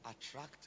attract